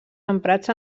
emprats